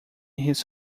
his